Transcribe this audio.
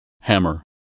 Hammer